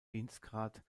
dienstgrad